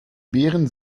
beeren